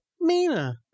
Mina